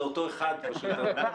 זה אותו אחד כל הזמן.